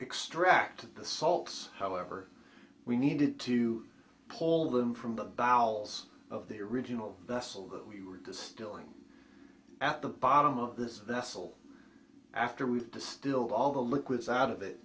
extract the sulks however we needed to call them from the bowels of the original vessel that we were distilling at the bottom of this vessel after we've distilled all the liquids out of it